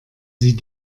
sie